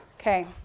Okay